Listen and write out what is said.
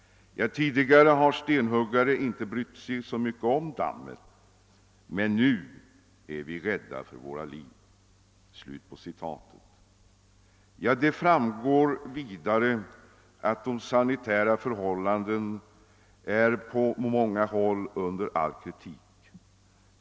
Tidigare har stenhuggare inte brytt sig så mycket om dammet, men nu är vi rädda för våra liv. Det framgår vidare av referatet att de sanitära förhållandena på många håll är under all kritik.